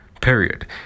period